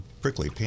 prickly